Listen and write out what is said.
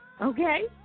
Okay